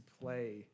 play